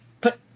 put